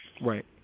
Right